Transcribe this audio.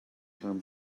term